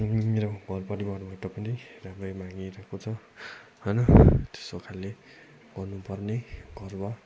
मेरो घरपरिवारबाट पनि राम्रै मानिरहेको छ होइन त्यस्तो खाले गर्नुपर्ने गर्व